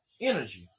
energy